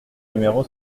numéro